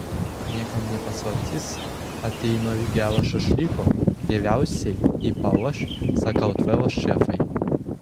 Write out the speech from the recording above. niekam ne paslaptis kad jei nori gero šašlyko geriausiai jį paruoš sakartvelo šefai